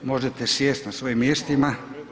Možete sjesti na svojim mjestima.